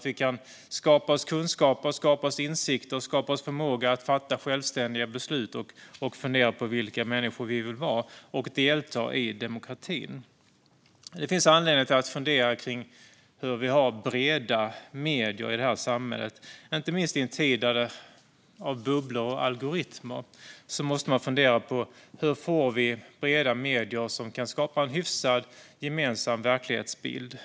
Vi kan få kunskaper, insikter och förmåga att fatta självständiga beslut samt fundera på vilka människor vi vill vara - och vi kan delta i demokratin. Det finns anledning att fungera kring hur vi har breda medier i det här samhället. Inte minst i en tid av bubblor och algoritmer måste man fundera på hur vi får breda medier som kan skapa en hyfsat gemensam verklighetsbild.